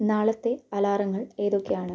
നാളത്തെ അലാറങ്ങൾ ഏതൊക്കെയാണ്